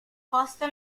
posto